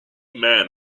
men